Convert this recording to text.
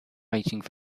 mating